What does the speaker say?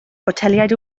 botelaid